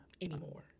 anymore